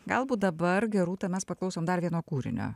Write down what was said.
galbūt dabar gerūta mes paklausom dar vieno kūrinio